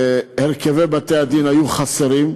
הרכבי בתי-הדין היו חסרים,